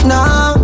Now